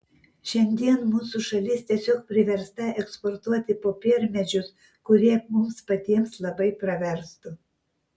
šiandien mūsų šalis tiesiog priversta eksportuoti popiermedžius kurie mums patiems labai praverstų